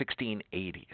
1680s